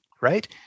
Right